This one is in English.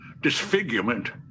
disfigurement